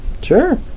Sure